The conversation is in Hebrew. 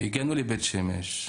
הגענו לבית שמש.